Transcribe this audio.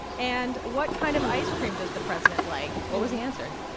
and what kind of ice cream does the president like? what was the answer?